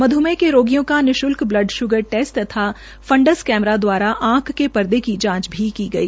मध्मेह ने रोगियों का निशुल्क बल्ड शुगर टेस्ट तथा फांडस कैमरा द्वारा आंख ा के पर्दे की जांच की गई